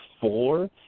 four